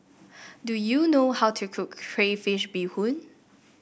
do you know how to cook Crayfish Beehoon